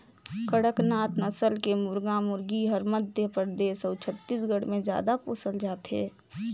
कड़कनाथ नसल के मुरगा मुरगी हर मध्य परदेस अउ छत्तीसगढ़ में जादा पोसल जाथे